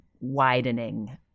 widening